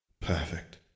Perfect